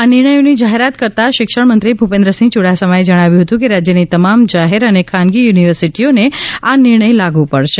આ નિર્ણયોની જાહેરાત કરતા શિક્ષણ મંત્રી ભૂપેન્દ્રસિંહ યુડાસમાએ જણાવ્યું હતું કે રાજ્યની તમામ જાહેર અને ખાનગી યુનિવર્સિટીઓને આ નિર્ણય લાગુ પડશે